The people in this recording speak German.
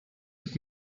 und